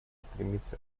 стремиться